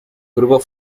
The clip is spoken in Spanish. grupos